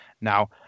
Now